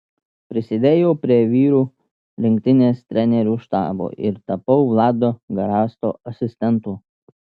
prisidėjau prie vyrų rinktinės trenerių štabo ir tapau vlado garasto asistentu